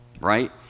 right